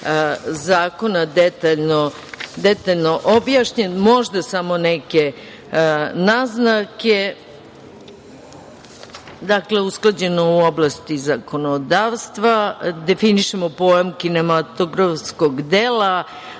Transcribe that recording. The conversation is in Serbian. zakona detaljno objašnjen, možda samo neke naznake, dakle, usklađene u oblasti zakonodavstva, definišemo pojam kinematografskog dela,